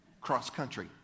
cross-country